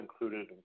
included